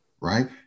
right